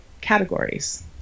categories